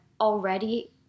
already